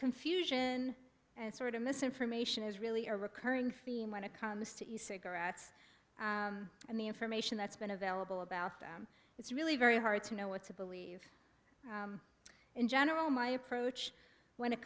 confusion and sort of misinformation is really a recurring theme when it comes to cigarettes and the information that's been available about them it's really very hard to know what to believe in general my approach when it